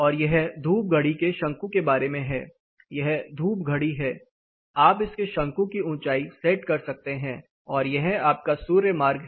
और यह धूप घड़ी के शंकु के बारे में है यह धूप घड़ी है आप इसके शंकु की ऊंचाई सेट कर सकते हैं और यह आपका सूर्य मार्ग है